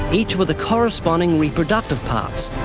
each with the corresponding reproductive parts,